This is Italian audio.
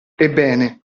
ebbene